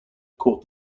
caught